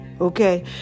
Okay